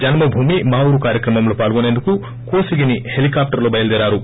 జన్మభూమి మా ఊరు కార్యక్రమంలో పాల్గొసేందుకు కోసిగికి హెలికాప్టర్లో బయలుదేరారు